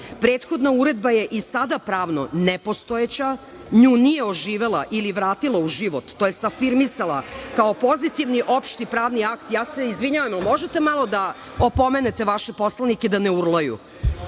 dejstvo. Prethodna uredba je i sada pravno nepostojeća, nju nije oživela ili vratila u život, tj. afirmisala kao pozitivan opšti pravni akt. Ja se izvinjavam, jel možete malo da opomenete vaše poslanike da ne urlaju.